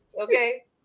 Okay